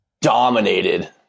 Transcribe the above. dominated